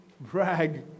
brag